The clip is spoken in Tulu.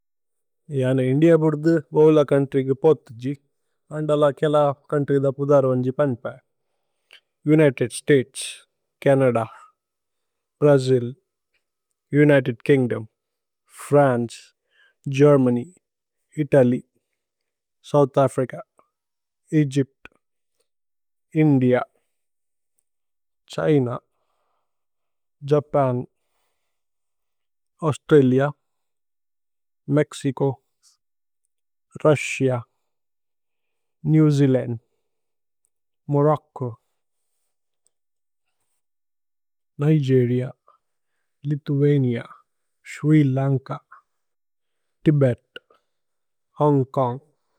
ജാന് ഇന്ദിഅ ബുദ്ദു ദ്ദു ബോവുല കൌന്ത്രി കു। പോത്ജിജി അന്ദല കേല കൌന്ത്രി ധ പുദര്। വന്ജി പന്പ United States, Canada, Brazil. United Kingdom, France, Germany, Italy. South Africa, Egypt, India, China, Japan. Australia, Mexico, Russia, New Zealand. Morocco, Nigeria, Lithuania, Sri Lanka. Tibet, Hong Kong.